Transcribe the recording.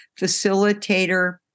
facilitator